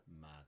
Mad